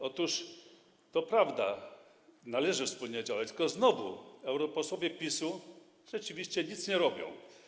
Otóż to prawda, należy wspólnie działać, tylko znowu europosłowie PiS-u rzeczywiście nic nie robią.